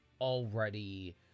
already